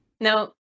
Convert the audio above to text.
No